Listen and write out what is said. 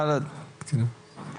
כי יראו את הפצעונים ויראו את הגשר,